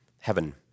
heaven